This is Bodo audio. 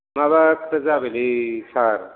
माबासो जाबायलै सार